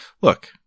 look